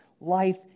life